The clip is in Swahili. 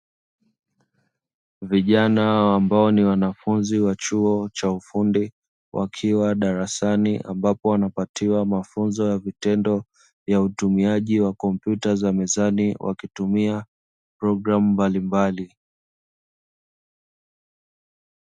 Vijana ambao ni wanafunzi wa chuo cha ufundi, wakiwa darasani ambapo wanapatiwa mafunzo ya vitendo ya utumiaji wa kompyuta za mezani wakitumia programu mbalimbali.